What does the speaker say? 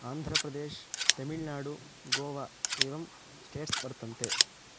आन्ध्रप्रदेशः तेमिळ्नाडु गोवा एवं स्टेट्स् वर्तन्ते